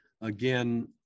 again